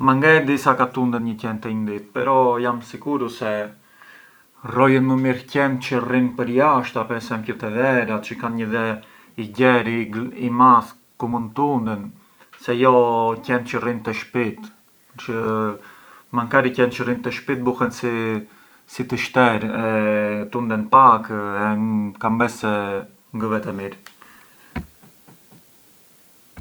Ma nge e di sa ka tundet nje qen te nje dit, però jam sicuru se rrojen me mire qent çë rrinë përjashta presempiu te dherat, çë kanë një dhe i gjer e i madh te ku mënd tunden se jo qent çë rrinë te shpit çë makari qent çë rrinë te shpit bunen si të shterë e tunden pak e kam bes se ngë vete mirë.